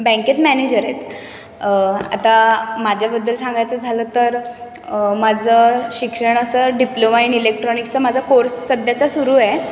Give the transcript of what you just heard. बँकेत मॅनेजर आहेत आता माझ्याबद्दल सांगायचं झालं तर माझं शिक्षण असं डिप्लोमा इन इलेक्ट्रॉनिक्सचा माझा कोर्स सध्या सुरु आहे